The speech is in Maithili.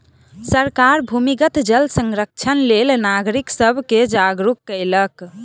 सरकार भूमिगत जल संरक्षणक लेल नागरिक सब के जागरूक केलक